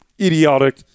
idiotic